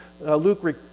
Luke